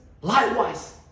likewise